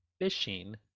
fishing